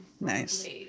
Nice